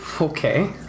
Okay